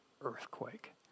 earthquake